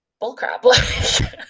bullcrap